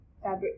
Fabric